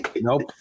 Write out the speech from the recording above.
nope